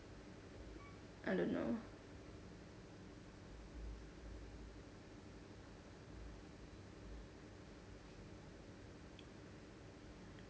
I don't know